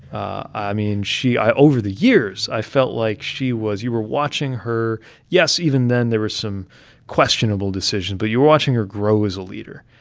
i mean, she over the years, i felt like she was you were watching her yes, even then, there were some questionable decisions, but you were watching her grow as a leader.